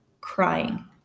crying